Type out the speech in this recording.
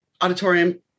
auditorium